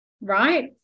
right